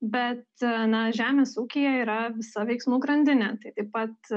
bet ne žemės ūkyje yra visa veiksmų grandinė tai taip pat